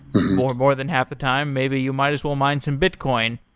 more more than half the time, maybe you might as well mine some bitcoin.